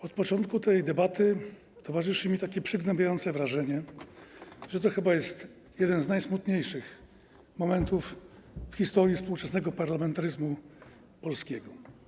Od początku tej debaty towarzyszy mi takie przygnębiające wrażenie, że to chyba jest jeden z najsmutniejszych momentów w historii współczesnego parlamentaryzmu polskiego.